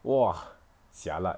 !wah! jialat